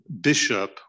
bishop